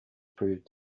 proved